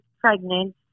pregnant